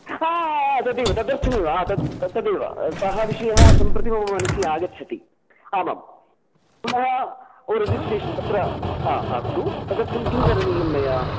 हा तदेव तदर्थमेव तद् तदेव सः विषयः सम्प्रति मनसि आगच्छति आमां पुनः ओ रिजिस्ट्रेशन् तत्र हा अस्तु तदर्थं किं करणीयं मया